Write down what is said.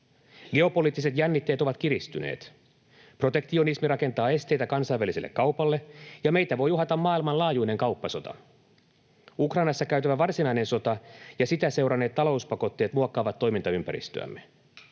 Geopoliittiset jännitteet ovat kiristyneet. Protektionismi rakentaa esteitä kansainväliselle kaupalle, ja meitä voi uhata maailmanlaajuinen kauppasota. Ukrainassa käytävä varsinainen sota ja sitä seuranneet talouspakotteet muokkaavat toimintaympäristöämme.